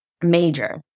major